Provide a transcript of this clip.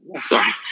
Sorry